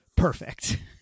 Perfect